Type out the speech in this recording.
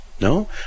No